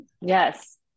Yes